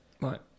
Right